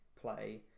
play